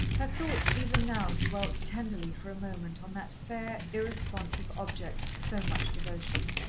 her thoughts even now dwelt tenderly for a moment on that fair, irresponsive object of so much devotion.